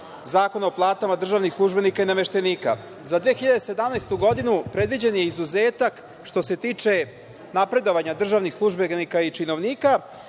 Zakona o platama državnih službenika i nameštenika. Za 2017. godinu predviđen je izuzetak što se tiče napredovanja državnih službenika i činovnika,